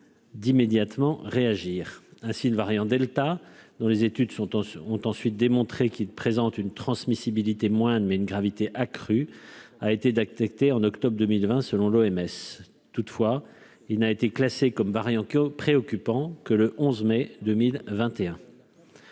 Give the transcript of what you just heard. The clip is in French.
D'immédiatement réagir ainsi le variant Delta, dont les études sont en ont ensuite démontré qu'il présente une transmissibilité moindres mais une gravité accrue a été d'accepter en octobre 2020, selon l'OMS, toutefois, il n'a été classé comme variant préoccupant que le 11 mai 2021.